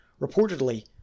Reportedly